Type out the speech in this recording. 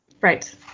Right